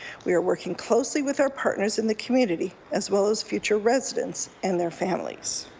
we are working closely with our partners in the community as well as future residents and their families.